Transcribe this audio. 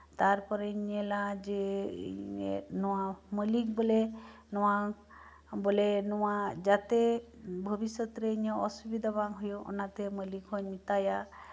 ᱛᱟᱨᱯᱚᱨᱮᱧ ᱧᱮᱞᱟ ᱢᱟᱹᱞᱤᱠ ᱵᱚᱞᱮ ᱱᱚᱣᱟ ᱵᱚᱞᱮ ᱡᱟᱛᱮ ᱵᱷᱚᱵᱤᱥᱚᱛᱨᱮ ᱤᱧᱟᱹᱜ ᱚᱥᱩᱵᱤᱫᱷᱟ ᱵᱟᱝ ᱦᱩᱭᱩᱜ ᱚᱱᱟᱛᱮ ᱢᱟᱹᱞᱤᱠ ᱦᱚᱧ ᱢᱮᱛᱟᱭᱟ